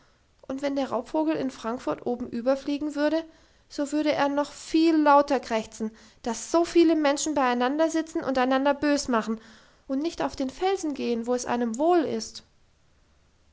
und wenn der raubvogel in frankfurt obenüber fliegen würde so würde er noch viel lauter krächzen dass so viele menschen beieinander sitzen und einander bös machen und nicht auf den felsen gehen wo es einem wohl ist